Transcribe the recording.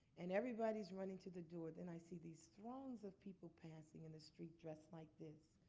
and everybody's running to the door. then i see these throngs of people passing in the street dressed like this,